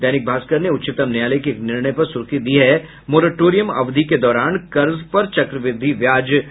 दैनिक भास्कर ने उच्चतम न्यायालय के एक निर्णय पर सुर्खी दी है मोरेटोरियम अवधि के दौरान कर्ज पर चक्रवृद्धि ब्याज नहीं देना होगा